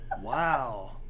wow